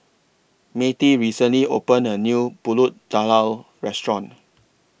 Mattie recently opened A New Pulut Tatal Restaurant